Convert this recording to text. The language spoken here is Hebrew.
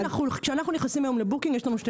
היום כשאנחנו נכנסים לבוקינג יש לנו שתי